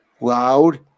loud